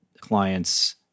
clients